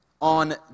on